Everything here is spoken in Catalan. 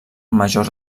major